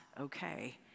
okay